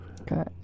Okay